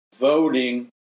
voting